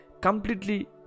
Completely